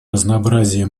разнообразие